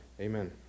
amen